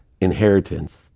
inheritance